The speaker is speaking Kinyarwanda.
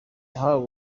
yahawe